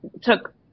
took